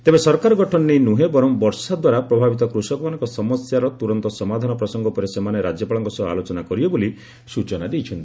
ତେବେ ସରକାର ଗଠନ ନେଇ ନୁହେଁ ବରଂ ବର୍ଷା ଦ୍ୱାରା ପ୍ରଭାବିତ କୃଷକମାନଙ୍କ ସମସ୍ୟାର ତୁରନ୍ତ ସମାଧାନ ପ୍ରସଙ୍ଗ ଉପରେ ସେମାନେ ରାଜ୍ୟପାଳଙ୍କ ସହ ଆଲୋଚନା କରିବେ ବୋଲି ସ୍ଚନା ଦେଇଛନ୍ତି